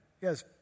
Yes